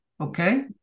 okay